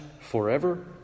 forever